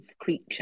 creature